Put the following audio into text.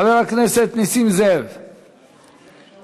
חבר הכנסת נסים זאב, ישנו.